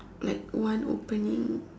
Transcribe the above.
like one opening